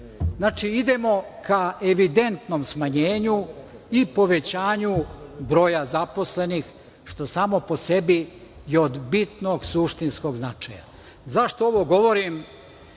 48%.Znači idemo ka evidentnom smanjenju i povećanju broja zaposlenih, što samo po sebi je od bitnog suštinskog značaja.Zašto ovo govorim?